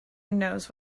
knows